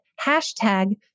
hashtag